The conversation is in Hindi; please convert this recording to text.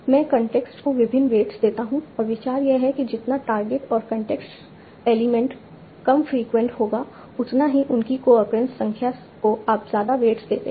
मैं कॉन्टेक्स्ट को विभिन्न वेट्स देता हूं और विचार यह है कि जितना टारगेट और कॉन्टेक्स्ट एलिमेंट कम फ्रीक्वेंट होगा उतना ही उनकी कोअक्रेंस संख्या को आप ज्यादा वेट्स देते हैं